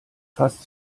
fast